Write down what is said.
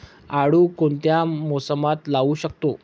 आळू कोणत्या मोसमात लावू शकतो?